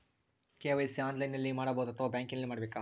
KYC ಆನ್ಲೈನಲ್ಲಿ ಮಾಡಬಹುದಾ ಅಥವಾ ಬ್ಯಾಂಕಿನಲ್ಲಿ ಮಾಡ್ಬೇಕಾ?